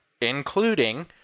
including